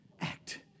act